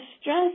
stress